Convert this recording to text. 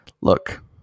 look